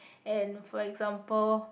and for example